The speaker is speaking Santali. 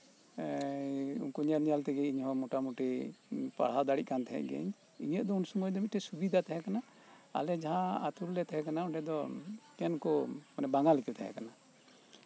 ᱮᱸᱜ ᱩᱱᱠᱩ ᱧᱮᱞᱼᱧᱮᱞ ᱛᱮᱜᱮ ᱤᱧ ᱦᱚᱧ ᱯᱟᱲᱦᱟᱣ ᱫᱟᱲᱮᱜ ᱠᱟᱱ ᱛᱟᱦᱮᱱ ᱜᱤᱭᱟᱹᱧ ᱤᱧᱟᱹᱜ ᱫᱚ ᱩᱱ ᱥᱚᱢᱚᱭ ᱢᱤᱫᱴᱟᱝ ᱥᱩᱵᱤᱫᱟ ᱛᱟᱦᱮᱸᱠᱟᱱᱟ ᱟᱞᱮ ᱡᱟᱦᱟᱸ ᱟᱛᱳ ᱨᱮᱞᱮ ᱛᱟᱦᱮᱸᱠᱟᱱᱟ ᱚᱸᱰᱮ ᱫᱚ ᱮᱠᱮᱱ ᱠᱚ ᱢᱟᱱᱮ ᱵᱟᱝᱜᱟᱞᱤ ᱠᱚ ᱛᱟᱦᱮᱸ ᱠᱟᱱᱟ